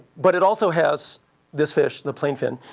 but it also has this fish, the plainfin,